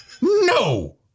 no